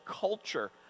culture